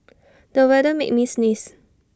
the weather made me sneeze